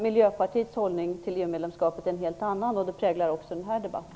Miljöpartiets hållning till EU-medlemskapet är dock en helt annan, och det präglar också denna debatt.